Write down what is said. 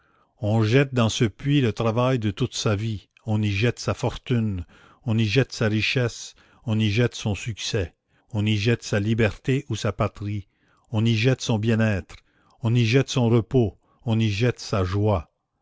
on jette dans ce puits le travail de toute sa vie on y jette sa fortune on y jette sa richesse on y jette son succès on y jette sa liberté ou sa patrie on y jette son bien-être on y jette son repos on y jette sa joie